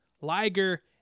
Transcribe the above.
Liger